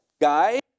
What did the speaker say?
guy